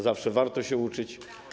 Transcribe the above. Zawsze warto się uczyć.